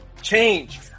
change